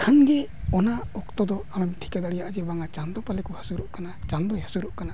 ᱠᱷᱟᱱ ᱜᱮ ᱚᱱᱟ ᱚᱠᱛᱚ ᱫᱚ ᱟᱢ ᱴᱷᱤᱠᱟᱹ ᱫᱟᱲᱮᱭᱟᱜᱼᱟ ᱡᱮ ᱵᱟᱝᱟ ᱪᱟᱸᱫᱳ ᱯᱟᱞᱮᱫ ᱮ ᱦᱟᱹᱥᱩᱨᱚᱜ ᱠᱟᱱᱟ ᱪᱟᱸᱫᱳᱭ ᱦᱟᱹᱥᱩᱨᱚᱜ ᱠᱟᱱᱟ